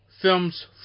films